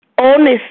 honest